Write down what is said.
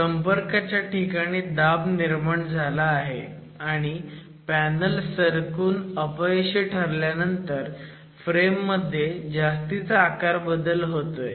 संपर्काच्या ठिकाणी दाब निर्माण झाला आहे आणि पॅनल सरकून अपयशी ठरल्यानंतर फ्रेममध्ये जास्तीचा आकारबदल होतोय